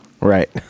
Right